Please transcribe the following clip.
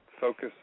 focus